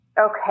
Okay